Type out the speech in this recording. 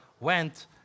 went